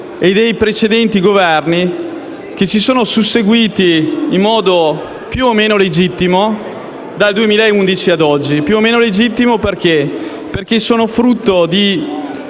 Governo e dei Governi che si sono susseguiti in modo più o meno legittimo dal 2011 ad oggi. Dico più o meno legittimo perché sono stati frutto di